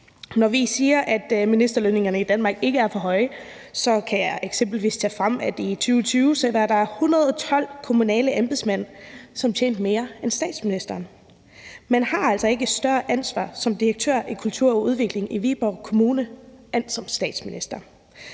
Når vi siger, at ministerlønningerne i Danmark ikke er for høje, kan jeg eksempelvis tage frem, at i 2020 var der 112 kommunale embedsmand, som tjente mere end statsministeren. Man har altså ikke større ansvar som direktør for Kultur & Udvikling i Viborg Kommune, end man har som statsminister,